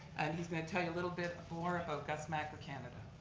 and he's going to tell you a little bit more about gus macker canada.